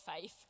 faith